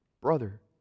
Brother